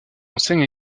enseigne